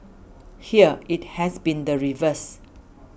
here it has been the reverse